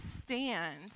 stand